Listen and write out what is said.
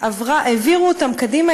העבירו אותם קדימה,